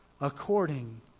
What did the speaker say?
According